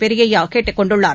பெரியய்யா கேட்டுக் கொண்டுள்ளார்